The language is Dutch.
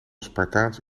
spartaans